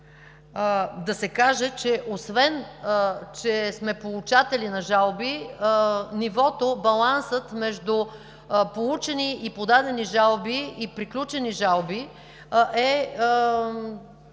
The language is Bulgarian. да се каже, че освен че сме получатели на жалби, балансът между получени подадени жалби и приключени жалби е